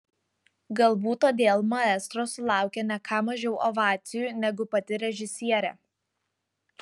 galbūt todėl maestro sulaukė ne ką mažiau ovacijų negu pati režisierė